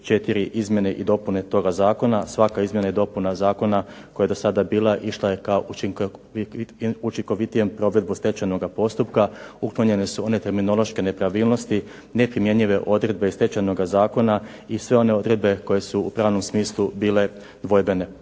4 izmjene i dopune toga zakona. Svaka izmjena i dopuna zakona koja je do sada bila išla je ka učinkovitijem provedbi stečajnog postupka, uklonjene su one terminološke nepravilnosti neprimjenjive odredbe Stečajnoga zakona i sve one odredbe koje su u pravnom smislu bile dvojbene.